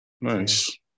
Nice